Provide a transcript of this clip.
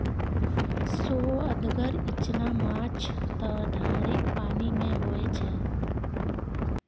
सोअदगर इचना माछ त धारेक पानिमे होए छै